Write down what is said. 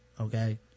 okay